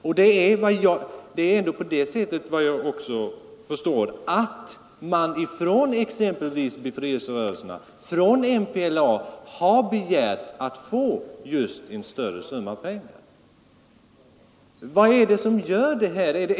Och såvitt jag vet har också befrielserörelserna, exempelvis MPLA, begärt att få just en större kontantsumma. Vad är egentligen anledningen till den här politiken?